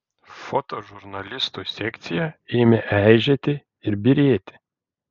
fotožurnalistų sekcija ėmė eižėti ir byrėti